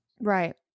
Right